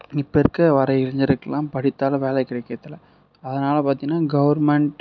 இப்போ இருக்க வர இளைஞருக்கெலாம் படித்தாலும் வேலை கிடைக்கிறதில்லை அதனால் பார்த்தீங்கன்னா கவர்மெண்ட்